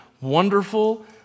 wonderful